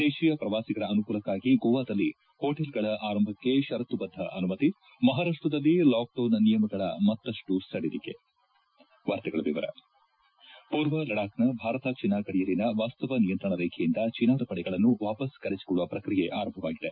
ದೇಶೀಯ ಪ್ರವಾಸಿಗರ ಅನುಕೂಲಕ್ಕಾಗಿ ಗೋವಾದಲ್ಲಿ ಹೋಟಿಲ್ಗಳ ಆರಂಭಕ್ಕೆ ಷರತ್ತುಬದ್ದ ಅನುಮತಿ ಮಹಾರಾಷ್ಟ್ರದಲ್ಲಿ ಲಾಕ್ಡೌನ್ ನಿಯಮಗಳ ಮತ್ತಷ್ಟು ಸದಿಲಿಕೆ ಪೂರ್ವ ಲಡಾಖ್ನ ಭಾರತ ಚೀನಾ ಗಡಿಯಲ್ಲಿನ ವಾಸ್ತವ ನಿಯಂತ್ರಣ ರೇಖೆಯಿಂದ ಚೀನಾದ ಪಡೆಗಳನ್ನು ವಾಪಸ್ ಕರೆಸಿಕೊಳ್ಳುವ ಪ್ರಕ್ರಿಯೆ ಆರಂಭವಾಗಿದೆ